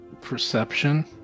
Perception